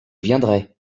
viendrai